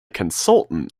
consultant